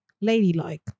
ladylike